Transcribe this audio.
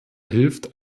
hilft